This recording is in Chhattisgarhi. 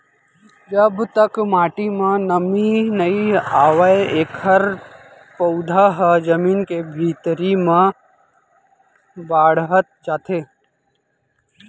जब तक माटी म नमी नइ आवय एखर पउधा ह जमीन के भीतरी म बाड़हत जाथे